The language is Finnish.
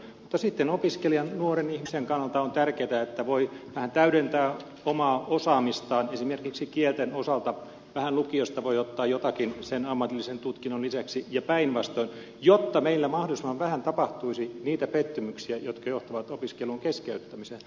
mutta sitten opiskelijan nuoren ihmisen kannalta on tärkeätä että voi vähän täydentää omaa osaamistaan esimerkiksi kielten osalta vähän lukiosta voi ottaa jotakin sen ammatillisen tutkinnon lisäksi ja päinvastoin jotta meillä mahdollisimman vähän tapahtuisi niitä pettymyksiä jotka johtavat opiskelun keskeyttämiseen